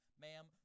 Ma'am